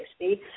60